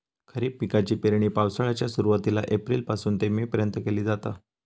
खरीप पिकाची पेरणी पावसाळ्याच्या सुरुवातीला एप्रिल पासून ते मे पर्यंत केली जाता